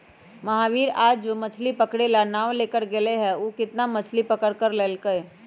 महावीर आज जो मछ्ली पकड़े ला नाव लेकर गय लय हल ऊ कितना मछ्ली पकड़ कर लल कय?